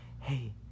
hey